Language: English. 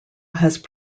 had